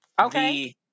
Okay